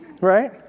right